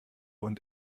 und